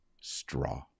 straw